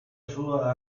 ayuda